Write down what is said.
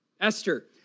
Esther